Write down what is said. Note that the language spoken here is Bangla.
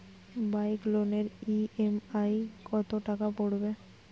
বাইক লোনের ই.এম.আই কত টাকা পড়বে?